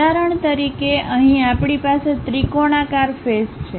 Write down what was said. ઉદાહરણ તરીકે અહીં આપણી પાસે ત્રિકોણાકાર ફેસ છે